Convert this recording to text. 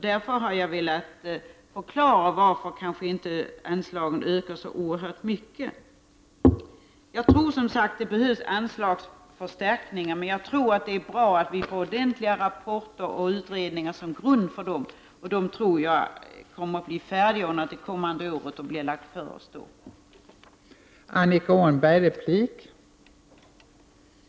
Det är en förklaring till att jag inte vill att anslagen skall öka så mycket. Visst behövs det anslagsförstärkningar, men det är också nödvändigt med ordentliga rapporter och utredningar som grund för dem. Dessa rapporter och utredningar blir troligen färdiga under det kommande året, varpå de Prot. 1989/90:104 kommer att föreläggas riksdagen. 18 april 1990